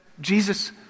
Jesus